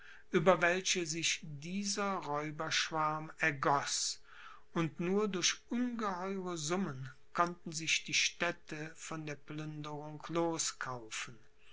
über welche sich dieser räuberschwarm ergoß und nur durch ungeheure summen konnten sich die städte von der plünderung loskaufen